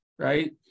right